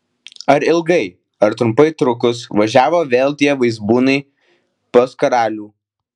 ar ilgai ar trumpai trukus važiavo vėl tie vaizbūnai pas karalių